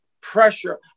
pressure